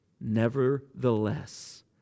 Nevertheless